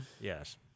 Yes